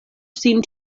sin